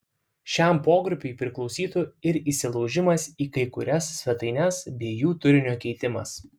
šiam pogrupiui priklausytų ir įsilaužimas į kai kurias svetaines bei jų turinio keitimas